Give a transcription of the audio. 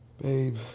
Babe